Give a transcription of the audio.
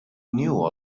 knew